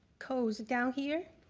codes down here,